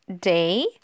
day